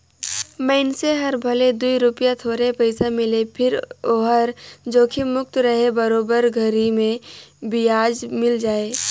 मइनसे हर भले दूई रूपिया थोरहे पइसा मिले फिर ओहर जोखिम मुक्त रहें बरोबर घरी मे बियाज मिल जाय